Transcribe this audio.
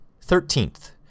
Thirteenth